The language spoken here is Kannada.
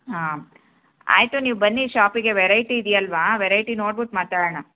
ಹಾಂ ಆಯಿತು ನೀವು ಬನ್ನಿ ಷಾಪಿಗೆ ವೆರೈಟಿ ಇದೆಯಲ್ವಾ ವೆರೈಟಿ ನೋಡ್ಬಿಟ್ ಮಾತಾಡೋಣ